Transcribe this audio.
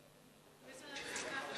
נכריז על הפסקה.